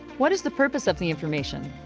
what is the purpose of the information?